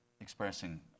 expressing